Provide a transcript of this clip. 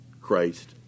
Christ